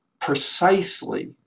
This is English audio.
precisely